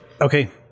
Okay